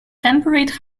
temperate